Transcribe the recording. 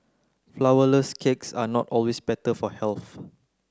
flour less cakes are not always better for health